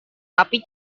tapi